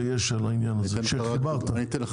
יש אינטרס